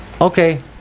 Okay